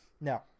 No